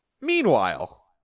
Meanwhile